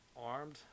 armed